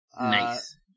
Nice